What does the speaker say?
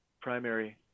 primary